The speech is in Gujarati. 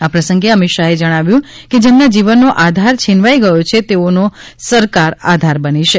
આ પ્રસંગે અમિત શાહે જણાવ્યું કે જેમના જીવનનો આધાર છીનવાઈ ગયો છે તેઓનો સરકાર આધાર બની છે